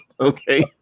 okay